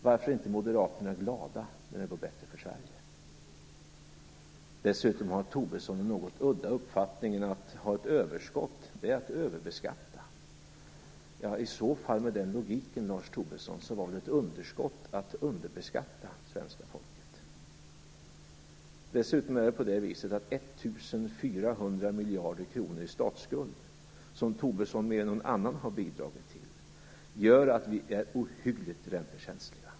Varför är inte moderaterna glada när det går bättre för Sverige? Lars Tobisson har också den något udda uppfattningen att ett överskott innebär en överbeskattning. Med den logiken innebar väl i så fall ett underskott en underbeskattning av det svenska folket? Dessutom gör 1 400 miljarder kronor i statsskuld - som Tobisson mera än någon annan har bidragit till - att vi är ohyggligt räntekänsliga.